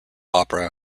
opera